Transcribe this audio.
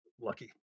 lucky